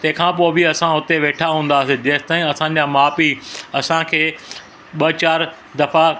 तंहिंखा पोइ बि असां हुते वेठा हूंदासीं जेंसिताईं असांजा माउ पीउ असांखे ॿ चारि दफ़ा